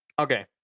Okay